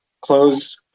Close